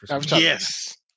Yes